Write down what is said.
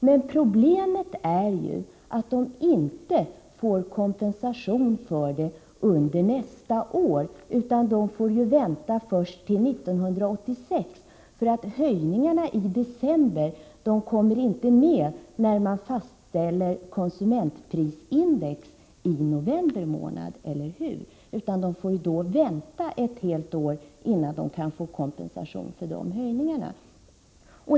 Men problemet är ju att de inte får kompensation för dem under nästa år, utan får vänta till 1986, eftersom höjningarna i december inte kommer med när man fastställer konsumentprisindex i november. Är det inte så? Pensionärerna får alltså vänta ett helt år innan de kan få kompensation för dessa höjningar.